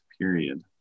period